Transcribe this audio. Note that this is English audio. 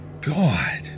god